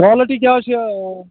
quality کیٛاہ حظ چھِ